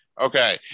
Okay